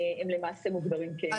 הם למעשה מוגדרים כמחלימים.